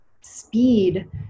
speed